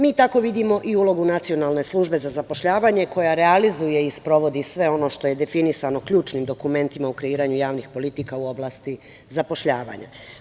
Mi tako vidimo i ulogu Nacionalne službe za zapošljavanje, koja realizuje i sprovodi sve ono što je definisano ključnim dokumentima u kreiranju javnih politika u oblasti zapošljavanja.